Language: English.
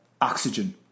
oxygen